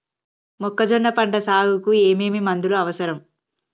మొక్కజొన్న పంట సాగుకు ఏమేమి మందులు అవసరం?